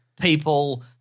people-